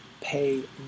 pay